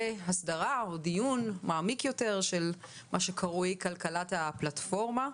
הסדרה או דיון מעמיק יותר של מה שקרוי כלכלת הפלטפורמה,